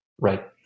Right